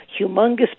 humongous